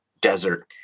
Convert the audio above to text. desert